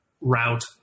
route